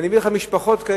ואני אביא לך משפחות כאלה,